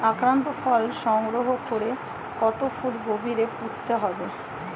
আক্রান্ত ফল সংগ্রহ করে কত ফুট গভীরে পুঁততে হবে?